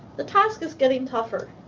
the task is getting tougher.